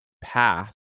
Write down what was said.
path